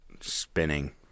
spinning